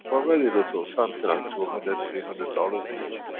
for very little, something like two hundred three hundred dollars each.